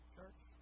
church